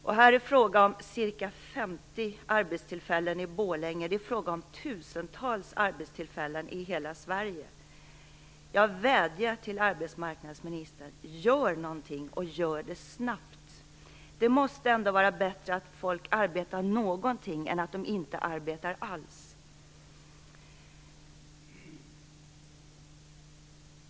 Det är fråga om ca 50 arbetstillfällen i Borlänge, och det är fråga om tusentals arbetstillfällen i hela Sverige. Jag vädjar till arbetsmarknadsministern: Gör någonting, och gör det snabbt! Det måste ändå vara bättre att folk arbetar litet grand än att de inte arbetar alls.